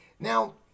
Now